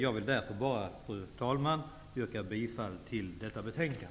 Jag vill därför bara, fru talman, yrka bifall till utskottets hemställan.